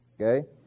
okay